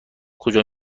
کجا